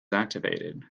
activated